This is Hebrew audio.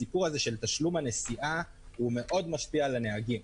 הסיפור הזה של תשלום הנסיעה מאוד משפיע על הנהגים.